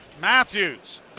Matthews